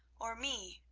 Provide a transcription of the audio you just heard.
or me,